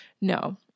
No